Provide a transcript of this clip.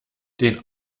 den